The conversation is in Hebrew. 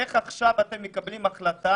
איך עכשיו אתם מקבלים החלטה?